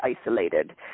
isolated